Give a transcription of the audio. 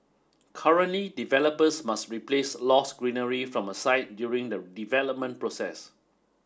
currently developers must replace lost greenery from a site during the development process